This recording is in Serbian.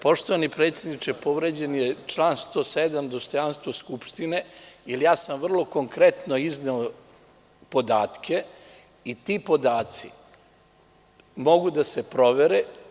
Poštovani predsedniče, povređen je član 107. dostojanstvo Skupštine, jer sam vrlo konkretno izneo podatke i ti podaci mogu da se provere.